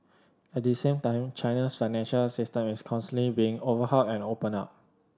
at the same time China's financial system is constantly being overhauled and opened up